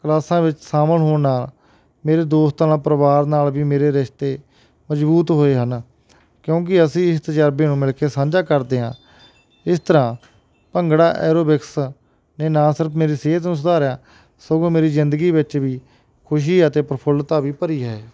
ਕਲਾਸਾਂ ਵਿੱਚ ਸ਼ਾਮਿਲ ਹੋਣਾ ਮੇਰੇ ਦੋਸਤਾਂ ਦਾ ਪਰਿਵਾਰ ਨਾਲ ਵੀ ਮੇਰੇ ਰਿਸ਼ਤੇ ਮਜਬੂਤ ਹੋਏ ਹਨ ਕਿਉਂਕਿ ਅਸੀਂ ਇਸ ਤਜਰਬੇ ਨੂੰ ਮਿਲ ਕੇ ਸਾਂਝਾ ਕਰਦੇ ਹਾਂ ਇਸ ਤਰ੍ਹਾਂ ਭੰਗੜਾ ਐਰੋਬਿਕਸ ਨੇ ਨਾ ਸਿਰਫ ਮੇਰੀ ਸਿਹਤ ਨੂੰ ਸੁਧਾਰਿਆ ਸਗੋਂ ਮੇਰੀ ਜਿੰਦਗੀ ਵਿੱਚ ਵੀ ਖੁਸ਼ੀ ਅਤੇ ਪ੍ਰਫੁੱਲਤਾ ਵੀ ਭਰੀ ਹੈ